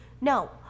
no